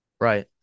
Right